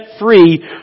free